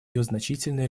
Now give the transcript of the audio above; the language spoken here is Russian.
значительные